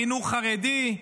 חינוך חרדי.